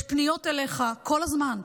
יש פניות אליך כל הזמן.